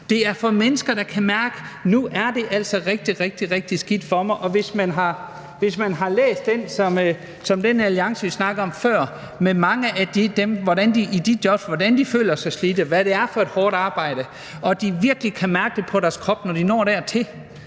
Det er for mennesker, der kan mærke, at nu er det altså rigtig, rigtig skidt for dem. Hvis man har læst om den alliance, som vi snakkede om før, og om, hvordan mange af dem i de jobs føler sig slidte, og hvad det er for et hårdt arbejde, og at de virkelig kan mærke det på deres krop, når de når dertil,